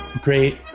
great